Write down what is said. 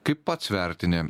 kaip pats vertini